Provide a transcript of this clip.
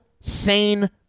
sane